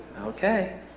Okay